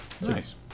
nice